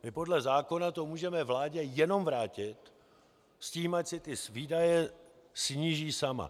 My to podle zákona můžeme vládě jenom vrátit s tím, ať si ty výdaje sníží sama.